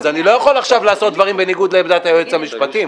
אז אני לא יכול עכשיו לעשות דברים בניגוד לעמדת היועץ המשפטי.